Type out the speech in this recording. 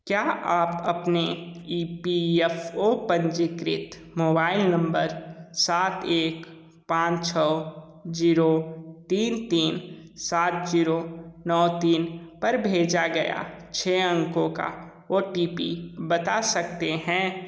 क्या आप अपने ई पी एफ़ ओ पंजीकृत मोबाइल नंबर सात एक पान छः ज़ीरो तीन तीन सात जीरो नौ तीन पर भेजा गया छः अंकों का ओ टी पी बता सकते हैं